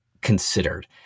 considered